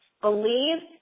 Believe